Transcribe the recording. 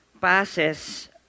passes